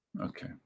Okay